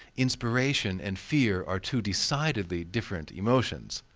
inspiration and fear are two decidedly different emotions.